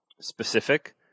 specific